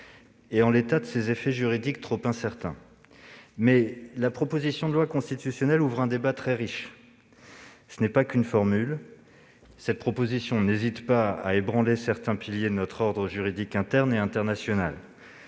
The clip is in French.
et du fait de ses effets juridiques trop incertains. Néanmoins, cette proposition de loi constitutionnelle ouvre un débat très riche- ce n'est pas seulement une formule -en n'hésitant pas à ébranler certains piliers de notre ordre juridique interne et international.